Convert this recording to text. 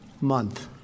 month